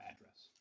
address